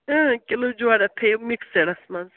اۭں kilo جورہ تھٲیُو مِکسٕڈَس منٛز